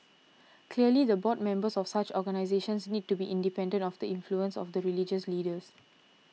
clearly the board members of such organisations need to be independent of the influence of the religious leaders